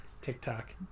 TikTok